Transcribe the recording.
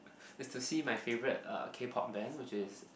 is to see my favorite uh K pop band which is